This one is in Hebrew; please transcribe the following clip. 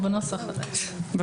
עונשין 4. (א)